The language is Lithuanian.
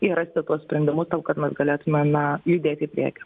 ir rasti tuos sprendimus tam kad mes galėtume na judėti į priekį